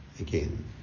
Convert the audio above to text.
again